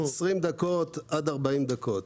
עשרים דקות עד ארבעים דקות,